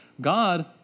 God